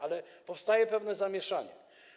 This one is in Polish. Ale powstaje pewne zamieszanie.